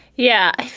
yeah,